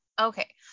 Okay